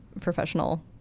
professional